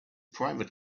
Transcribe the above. private